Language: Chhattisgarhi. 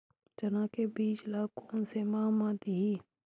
चना के बीज ल कोन से माह म दीही?